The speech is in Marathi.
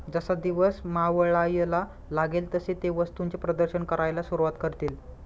जसा दिवस मावळायला लागेल तसे ते वस्तूंचे प्रदर्शन करायला सुरुवात करतील